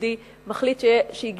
מחליט שהגיע הזמן,